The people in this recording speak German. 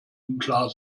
unklar